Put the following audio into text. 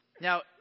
Now